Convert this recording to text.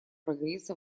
прогресса